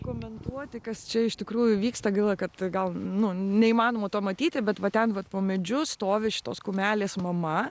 komentuoti kas čia iš tikrųjų vyksta gaila kad gal nu neįmanoma to matyti bet va ten vat po medžiu stovi šitos kumelės mama